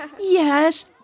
Yes